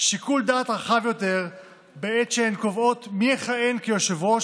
שיקול דעת רחב יותר בעת שהן קובעות מי יכהן כיושב-ראש